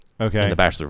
Okay